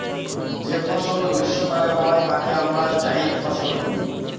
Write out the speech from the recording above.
যে ফসল গ্রীস্মকালে হয় তাকে আমরা জাইদ ফসল বলি